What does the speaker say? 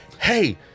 hey